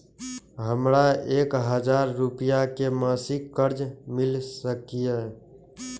हमरा एक हजार रुपया के मासिक कर्ज मिल सकिय?